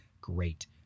great